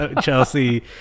Chelsea